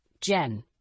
Jen